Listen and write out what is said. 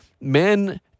men